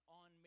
on